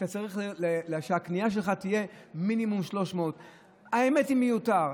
אז אתה צריך שהקנייה שלך תהיה מינימום 300. האמת היא שזה מיותר,